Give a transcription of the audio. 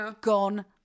gone